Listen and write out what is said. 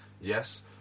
yes